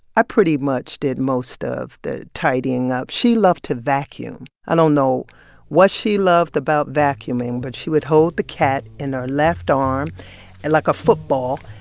i pretty much did most of the tidying up. she loved to vacuum. i don't know what she loved about vacuuming. but she would hold the cat in her left arm like a football,